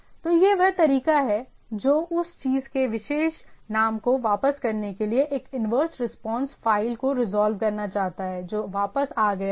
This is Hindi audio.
तो यह वह तरीका है जो उस चीज़ के विशेष नाम को वापस करने के लिए एक इन्वर्स रिस्पांस फ़ाइल को रिजॉल्व करता है जो वापस आ गया है